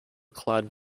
clad